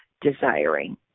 desiring